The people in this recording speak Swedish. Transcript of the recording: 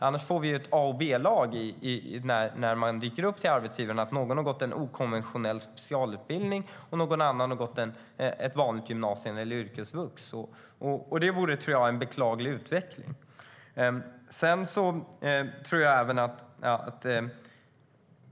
Annars får vi ett A och B-lag när man dyker upp hos arbetsgivaren. Någon har gått en okonventionell specialutbildning, och någon annan har gått ett vanligt gymnasium eller yrkesvux. Det tror jag vore en beklaglig utveckling.